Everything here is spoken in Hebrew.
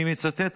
אני מצטט,